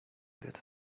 wird